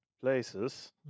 places